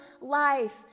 life